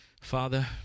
Father